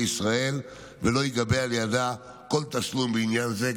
ישראל ולא ייגבה על ידה כל תשלום בעניין זה,